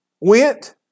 went